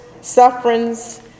sufferings